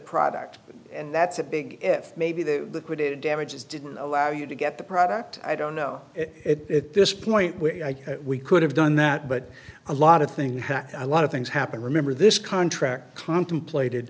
product and that's a big if maybe the damages didn't allow you to get the product i don't know it this point where we could have done that but a lot of things a lot of things happen remember this contract contemplated